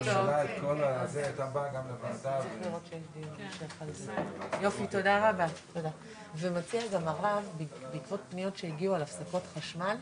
עושים כל שלאל ידינו במסגרת המשאבים שיש לנו לנסות ולשפר את זה,